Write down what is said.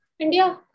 India